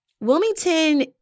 Wilmington